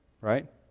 right